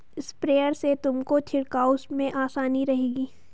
sprayer से तुमको छिड़काव में आसानी रहेगी